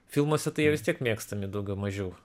filmuose tai jie vis tiek mėgstami daugiau mažiau